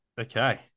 Okay